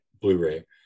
blu-ray